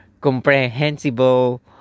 comprehensible